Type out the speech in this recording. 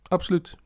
Absoluut